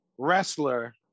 wrestler